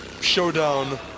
Showdown